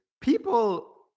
People